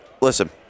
listen